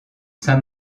saint